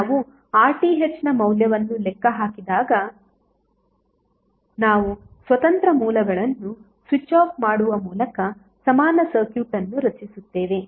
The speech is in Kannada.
ನಾವು RThನ ಮೌಲ್ಯವನ್ನು ಲೆಕ್ಕಹಾಕಿದಾಗ ನಾವು ಸ್ವತಂತ್ರ ಮೂಲಗಳನ್ನು ಸ್ವಿಚ್ ಆಫ್ ಮಾಡುವ ಮೂಲಕ ಸಮಾನ ಸರ್ಕ್ಯೂಟ್ ಅನ್ನು ರಚಿಸುತ್ತೇವೆ